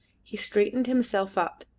he straightened himself up,